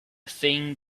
thing